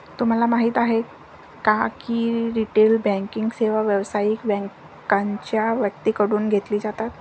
तुम्हाला माहिती आहे का की रिटेल बँकिंग सेवा व्यावसायिक बँकांच्या व्यक्तींकडून घेतली जातात